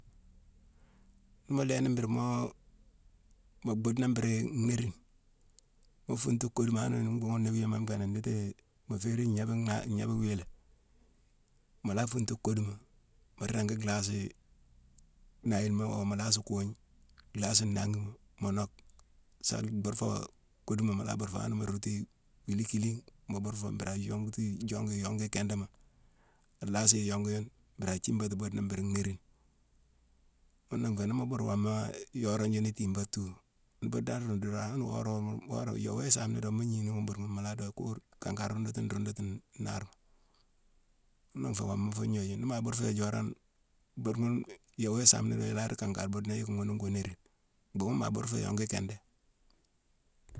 Ni mu lééni moo bhuna mbhuuri nnéérine, mu funtu koduma hani mbhuughune ni wima nfé nditi mu féérine ngnébe-nar-ngnébe wii lé, mu la funtu koduma mu ringi lhasi nayilema oo mu lasi kugna, lhasi nnangima, mu nock, saa bhur fo koduma mu la bur fo; hani mu rootu wilikilingh, mu bur fo mbura yonguti-jongu-iyongu i kindama. A lasi iyongu yune bhura athiabati bhuudena bhuru nnéérine. Ghuna nfé ni mu bur woma i joorone june itiibade tuu. Ni buuna a rundu hana wora-wora-yowuyé saam ni dorong, mu gnighi ghune buudeghune, mu la di keur kankar rundutu nrundutu nnaarma. Ghuna nfé woma fu gnojuma; ni ma bur fo i joorong, buude ghune yowuyé saam ni dorong i la di kankar buudena yicki ghune ngo néérine. Mbuughune maa bur fo iyongu ikindé.